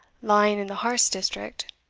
lying in the harz district,